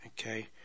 Okay